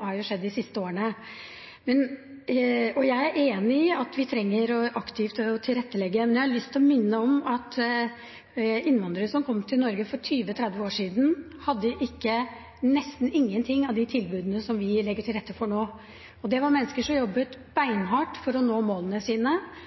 har skjedd de siste årene. Jeg er enig i at vi trenger å tilrettelegge aktivt, men jeg har lyst til å minne om at innvandrerne som kom til Norge for 20–30 år siden, nesten ikke hadde noen av de tilbudene vi legger til rette for nå. Det var mennesker som jobbet beinhardt for å nå målene sine,